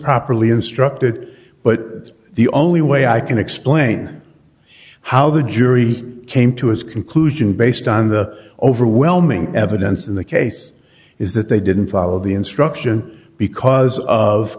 properly instructed but the only way i can explain how the jury came to his conclusion based on the overwhelming evidence in the case is that they didn't follow the instruction because of